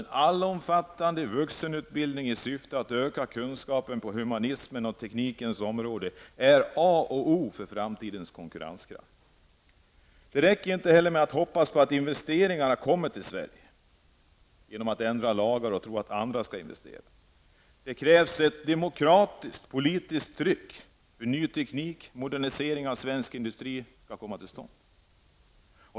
En allomfattande vuxenutbildning i syfte att öka kunskaperna på humanismens och teknikens områden är alltså A och O när det gäller den framtida konkurrenskraften. Inte heller räcker det med att hoppas på att investeringar skall göras i Sverige genom att lagar ändras, i tron att andra skall just investera här. Det krävs ett demokratiskt politiskt tryck för att ny teknik och modernisering av svensk industri skall kunna komma till stånd.